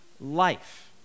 life